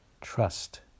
trust